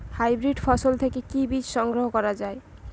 Hybrid ফসল থেকে কি বীজ সংগ্রহ করা য়ায়?